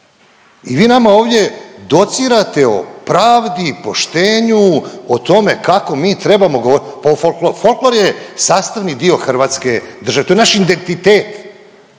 I vi nama ovdje docirate o pravdi i poštenju, o tome kako mi trebamo govorit, pa o .../nerazumljivo/... folklor je sastavni dio hrvatske države, to je naš identitet,